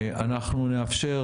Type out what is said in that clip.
אנחנו נאפשר